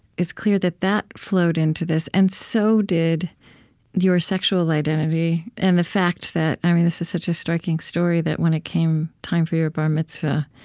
it's clear that that flowed into this, and so did your sexual identity and the fact that i mean this is such a striking story, that when it came time for your bar mitzvah,